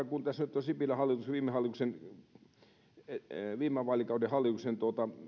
kun tässä nyt sipilän viime vaalikauden hallituksen